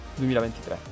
2023